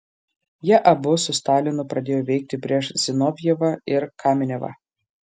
jie abu su stalinu pradėjo veikti prieš zinovjevą ir kamenevą